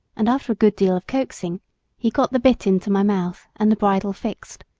and after a good deal of coaxing he got the bit into my mouth, and the bridle fixed,